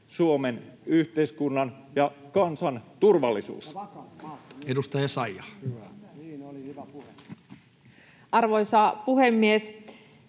Suomen, yhteiskunnan ja kansan turvallisuus. Edustaja Essayah. Arvoisa puhemies!